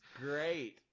great